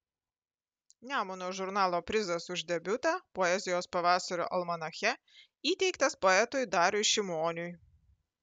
nemuno žurnalo prizas už debiutą poezijos pavasario almanache įteiktas poetui dariui šimoniui